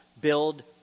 Build